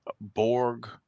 Borg